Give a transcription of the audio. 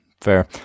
fair